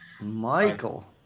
michael